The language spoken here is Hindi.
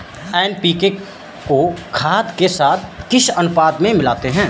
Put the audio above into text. एन.पी.के को खाद के साथ किस अनुपात में मिलाते हैं?